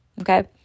Okay